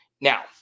Now